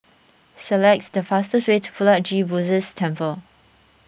select the fastest way to Puat Jit Buddhist Temple